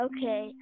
Okay